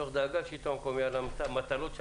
מתוך דאגה לשלטון המקומי על המטלות,